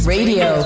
Radio